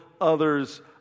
others